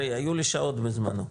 היו לי שעות בזמנו.